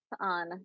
on